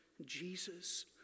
Jesus